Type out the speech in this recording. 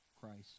Christ